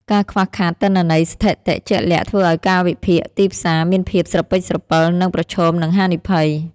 ការខ្វះខាតទិន្នន័យស្ថិតិជាក់លាក់ធ្វើឱ្យការវិភាគទីផ្សារមានភាពស្រពិចស្រពិល និងប្រឈមនឹងហានិភ័យ។